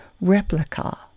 replica